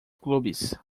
clubes